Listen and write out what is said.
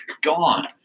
gone